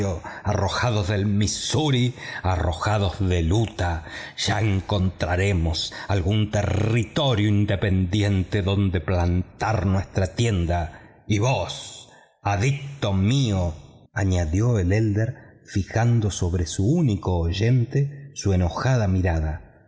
arrojados de missouri arrojados de utah ya encontraremos algún territorio independiente donde plantar nuestra tienda y vos adicto mío añadió el hermano mayor fijando sobre su único oyente su enojada mirada